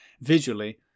visually